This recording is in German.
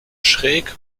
schräg